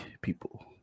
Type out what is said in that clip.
People